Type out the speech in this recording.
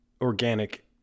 organic